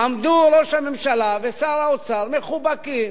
עמדו ראש הממשלה ושר האוצר מחובקים